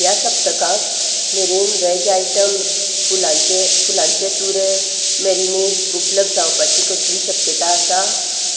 ह्या सप्तकाक मेरेन वॅज आयटम फुलांचे फुलांचे तुे मॅरिनेड्स उपलब्ध जावपाची कसली शक्यता आसा